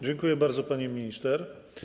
Dziękuję bardzo, pani minister.